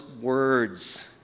words